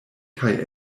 kaj